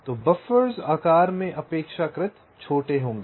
तो बफ़र्स आकार में अपेक्षाकृत छोटे होंगे